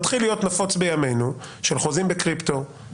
מתחיל להיות נפוץ בימינו של חוזים בקריפטו,